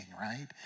right